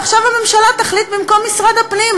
ועכשיו הממשלה תחליט במקום משרד הפנים,